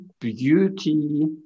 beauty